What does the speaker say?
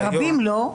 ורבים לא.